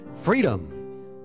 Freedom